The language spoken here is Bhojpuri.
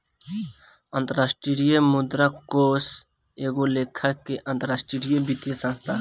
अंतरराष्ट्रीय मुद्रा कोष एगो लेखा के अंतरराष्ट्रीय वित्तीय संस्थान ह